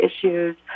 issues